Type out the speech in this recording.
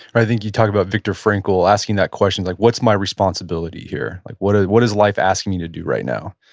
i think you talk about viktor frankl asking that question, like what's my responsibility here? what ah what is life asking me to do right now?